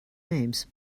names